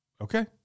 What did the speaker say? okay